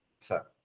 sir